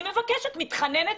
אני מבקשת ומתחננת